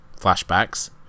flashbacks